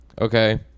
okay